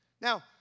Now